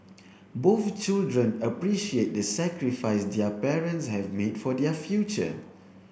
both children appreciate the sacrifice their parents have made for their future